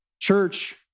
Church